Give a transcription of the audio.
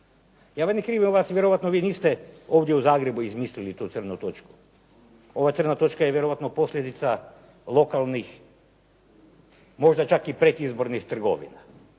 Ja ne krivim vas, vjerojatno vi niste ovdje u Zagrebu izmislili tu crnu točku, ova crna točka je vjerojatno posljedica lokalnih, možda čak i predizbornih trgovina.